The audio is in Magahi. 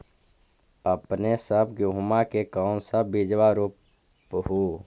अपने सब गेहुमा के कौन सा बिजबा रोप हू?